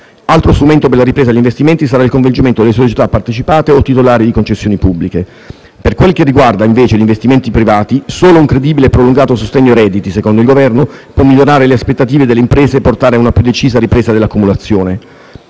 Altro strumento per la ripresa degli investimenti sarà il coinvolgimento delle società partecipate o titolari di concessioni pubbliche. Per quel che riguarda, invece, gli investimenti privati, solo un credibile e prolungato sostegno ai redditi, secondo il Governo, può migliorare le aspettative delle imprese e portare a una più decisa ripresa dell'accumulazione.